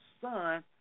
son